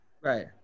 Right